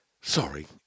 Sorry